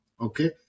okay